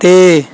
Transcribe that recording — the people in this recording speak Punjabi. ਅਤੇ